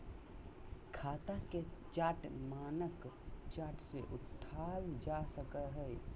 खाता के चार्ट मानक चार्ट से उठाल जा सकय हइ